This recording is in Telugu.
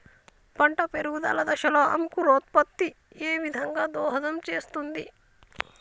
పంట పెరుగుదల దశలో అంకురోత్ఫత్తి ఏ విధంగా దోహదం చేస్తుంది?